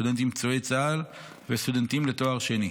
סטודנטים פצועי צה"ל וסטודנטים לתואר שני.